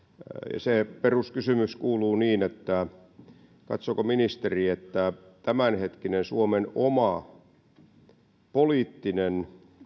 se peruskysymys kuuluu katsooko ministeri että tämänhetkinen suomen oma poliittinen